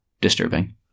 disturbing